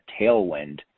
tailwind